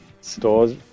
stores